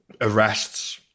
arrests